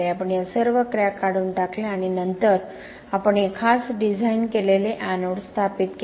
आपण या सर्व क्रॅक काढून टाकल्या आणि नंतर आपण हे खास डिझाइन केलेले एनोड्स स्थापित केले